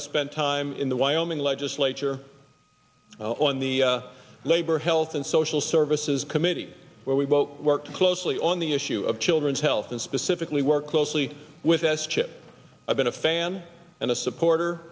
i spent time in the wyoming legislature on the labor health and social services committee where we both worked closely on the issue of children's health and specifically work closely with s chip i've been a fan and a supporter